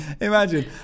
imagine